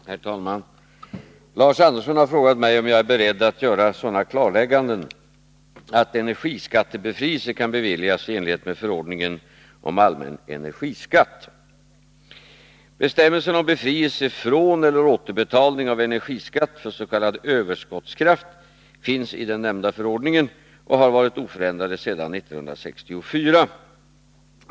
Herr talman! Lars Andersson har frågat mig om jag är beredd att göra sådana klarlägganden att energiskattebefrielse kan beviljas i enlighet med förordningen om allmän energiskatt. Bestämmelserna om befrielse från eller återbetalning av energiskatt för s.k. överskottskraft finns i den nämnda förordningen och har varit oförändrade sedan 1964.